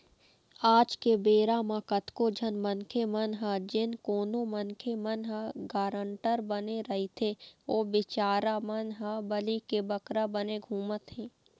आज के बेरा म कतको झन मनखे मन ह जेन कोनो मनखे मन ह गारंटर बने रहिथे ओ बिचारा मन ह बली के बकरा बने घूमत हें